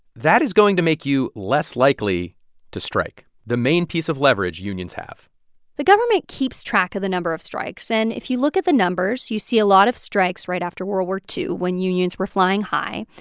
that is going to make you less likely to strike, the main piece of leverage unions have the government keeps track of the number of strikes. and if you look at the numbers, you see a lot of strikes right after world war ii, when unions were flying high,